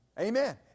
Amen